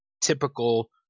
typical